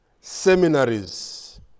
seminaries